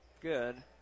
Good